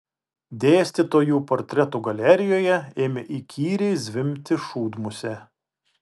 dėstytojų portretų galerijoje ėmė įkyriai zvimbti šūdmusė